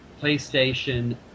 PlayStation